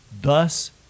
thus